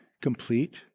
complete